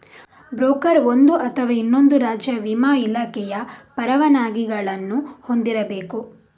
broker ಒಂದು ಅಥವಾ ಇನ್ನೊಂದು ರಾಜ್ಯ ವಿಮಾ ಇಲಾಖೆಯ ಪರವಾನಗಿಗಳನ್ನು ಹೊಂದಿರಬೇಕು